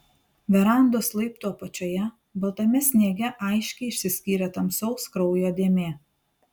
verandos laiptų apačioje baltame sniege aiškiai išsiskyrė tamsaus kraujo dėmė